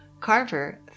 Carver